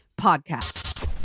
Podcast